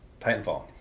Titanfall